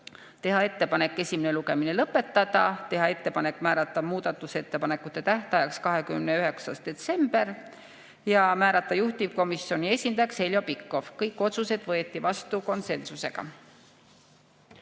teha ettepanek esimene lugemine lõpetada, teha ettepanek määrata muudatusettepanekute esitamise tähtajaks 29. detsember ja määrata juhtivkomisjoni esindajaks Heljo Pikhof. Kõik otsused võeti vastu konsensusega.